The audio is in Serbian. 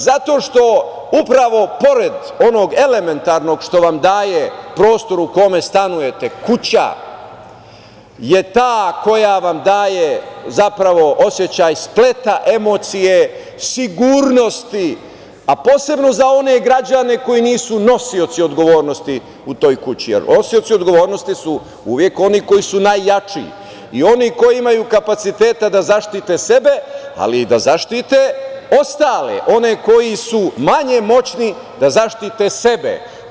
Zato što upravo pored onog elementarnog što vam daje prostor u kome stanujete, kuća je ta koja vam daje zapravo osećaj spleta emocije, sigurnosti, a posebno za one građane koji nisu nosioci odgovornosti u toj kući, jer nosioci odgovornosti uvek oni koji su najjači i oni koji imaju kapaciteta da zaštite sebe, ali i da zaštite ostale, one koji su manje moćni da zaštite sebe.